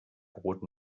brot